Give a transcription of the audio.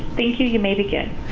thank you. you may begin.